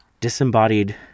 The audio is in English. disembodied